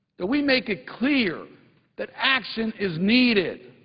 that we make it clear that action is needed.